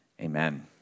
Amen